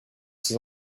ces